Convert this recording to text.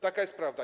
Taka jest prawda.